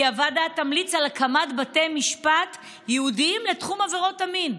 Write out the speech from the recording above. הוועדה תמליץ על הקמת בתי משפט ייעודיים בתחום עבירות המין,